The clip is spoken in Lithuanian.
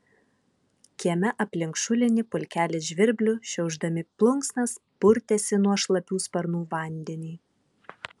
kieme aplink šulinį pulkelis žvirblių šiaušdami plunksnas purtėsi nuo šlapių sparnų vandenį